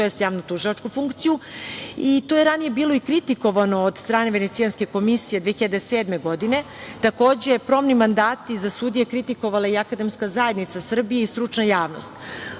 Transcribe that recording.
tj. javnotužilaču funkciju. To je ranije bilo i kritikovano od strane Venecijanske komisije 2007. godine. Takođe, probni mandati za sudije kritikovala je i Akademska zajednica Srbije i stručna